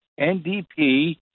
NDP